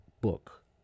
book